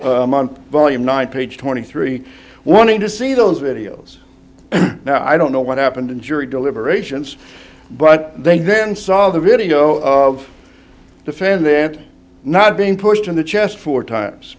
volume nine page twenty three wanting to see those videos i don't know what happened in jury deliberations but they then saw the video of the fan that not being pushed in the chest four times